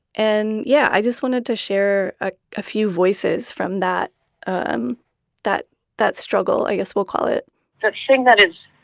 and yeah, i just wanted to share a ah few voices from that um that struggle, i guess we'll call it the thing that is